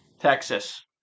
Texas